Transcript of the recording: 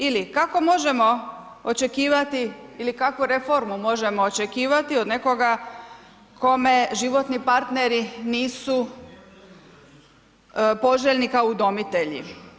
Ili kako možemo očekivati ili kakvu reformu možemo očekivati od nekoga kome životni partneri nisu poželjni kao udomitelji.